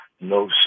no